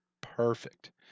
Perfect